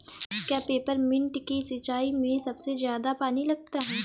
क्या पेपरमिंट की सिंचाई में सबसे ज्यादा पानी लगता है?